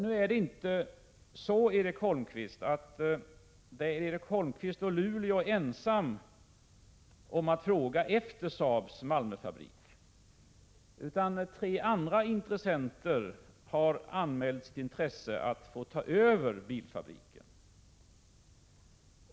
Men Erik Holmkvist och Luleå är inte ensamma om att efterfråga Saabs Malmöfabrik, utan tre andra intressenter har också anmält sitt intresse för att få ta över bilfabriken.